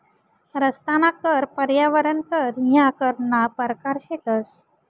रस्ताना कर, पर्यावरण कर ह्या करना परकार शेतंस